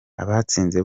abatsinze